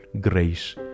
grace